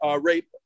rape